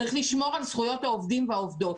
צריך לשמור על זכויות העובדים והעובדות.